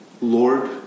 Lord